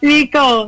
Rico